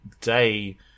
day